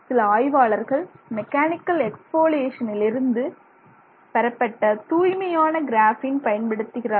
சில ஆய்வாளர்கள் மெக்கானிக்கல் எக்ஸ்போலியேஷனிலிருந்து பெறப்பட்ட தூய்மையான கிராஃபீன் பயன்படுத்துகிறார்கள்